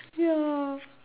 ya